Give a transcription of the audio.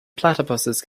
platypuses